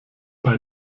bei